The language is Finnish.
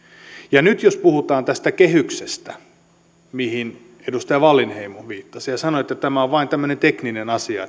ja nyt jos puhutaan tästä kehyksestä mihin edustaja wallinheimo viittasi ja sanoi että tämä on vain tämmöinen tekninen asia